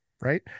right